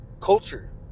culture